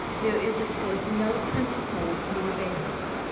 there is, of course, no principle more basic,